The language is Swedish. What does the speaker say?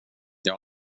jag